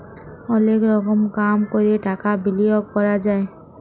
অলেক রকম কাম ক্যরে টাকা বিলিয়গ ক্যরা যায়